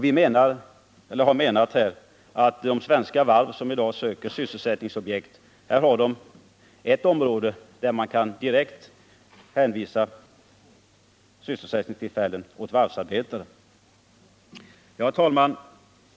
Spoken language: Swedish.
Vi menar att de svenska varv som i dag söker sysselsättningsobjekt här har ett område där de direkt kan finna arbetsuppgifter åt varvsarbetare. Herr talman!